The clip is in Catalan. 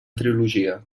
trilogia